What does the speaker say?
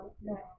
No